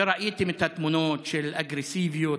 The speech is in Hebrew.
וראיתם את התמונות של אגרסיביות,